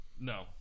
No